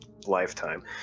lifetime